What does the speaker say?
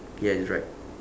ya it's right